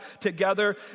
together